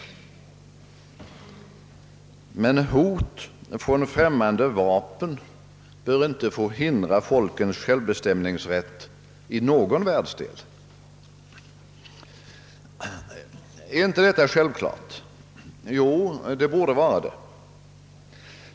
Men hot från främmande vapen bör inte få hindra folkens självbestämningsrätt i någon världsdel. Är inte detta självklart? Jo, det borde vara det.